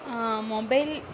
mobile